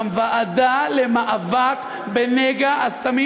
הוועדה למאבק בנגע הסמים